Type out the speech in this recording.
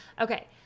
okay